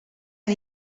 han